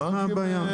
אז מה הבעיה?